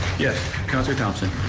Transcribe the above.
yes, councilor thomson.